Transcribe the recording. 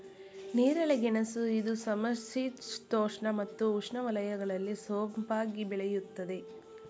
ನೇರಳೆ ಗೆಣಸು ಇದು ಸಮಶೀತೋಷ್ಣ ಮತ್ತು ಉಷ್ಣವಲಯಗಳಲ್ಲಿ ಸೊಂಪಾಗಿ ಬೆಳೆಯುತ್ತದೆ